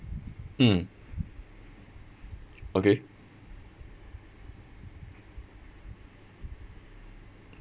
mm okay